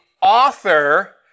author